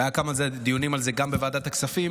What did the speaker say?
היו כמה דיונים על זה גם בוועדת הכספים,